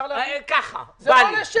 אין חוברת הסתייגויות נורמלית?